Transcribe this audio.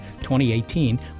2018